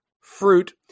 fruit